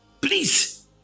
please